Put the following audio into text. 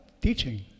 teaching